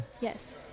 Yes